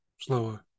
slower